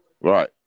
right